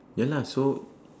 ya lah so